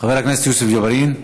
חבר הכנסת יוסף ג'בארין.